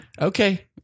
okay